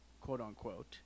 quote-unquote